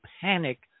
panic